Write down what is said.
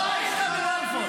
לא היית בבלפור.